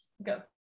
go